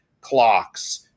Clocks